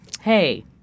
Hey